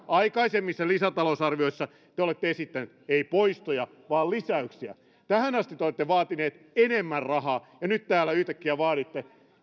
aikaisemmissa lisätalousarvioissa te olette esittäneet ei poistoja vaan lisäyksiä tähän asti te olette vaatineet enemmän rahaa ja nyt täällä yhtäkkiä vaaditte